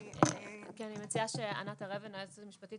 אני מציעה שענת הר אבן היועצת המשפטית